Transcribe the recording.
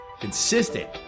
Consistent